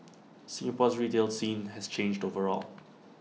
Singapore's retail scene has changed overall